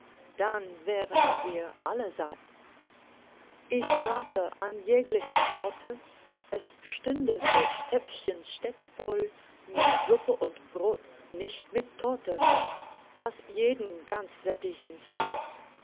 dann wären wir alle satt ich rate an jeglichem orte es stünde solch töpfchen stets voll mit suppe und brot nicht mit torte das jeden ganz sättigen soll